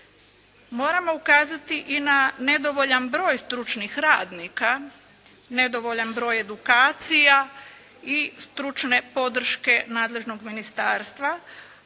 Moramo ukazati i na nedovoljan broj stručnih radnika, nedovoljan broj edukacija i stručne podrške nadležnog ministarstva.